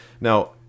now